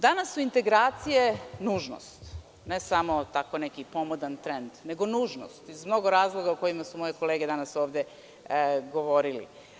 Danas su integracije nužnost, ne samo tako neki pomodan trend, nego nužnost, iz mnogo razloga o kojima su moje kolege danas ovde govorile.